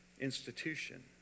institution